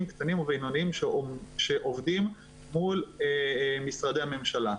קטנים ובינוניים שעובדים מול משרדי הממשלה.